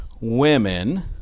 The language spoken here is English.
women